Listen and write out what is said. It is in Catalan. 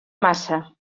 massa